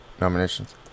nominations